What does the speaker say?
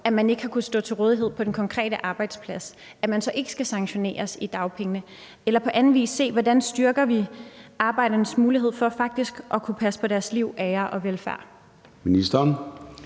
at man ikke har kunnet stå til rådighed på den konkrete arbejdsplads, så ikke skal sanktioneres i dagpenge, eller på anden vis se på, hvordan vi styrker arbejdernes mulighed for faktisk at kunne passe på deres liv, ære og velfærd?